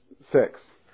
six